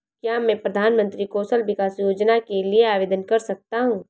क्या मैं प्रधानमंत्री कौशल विकास योजना के लिए आवेदन कर सकता हूँ?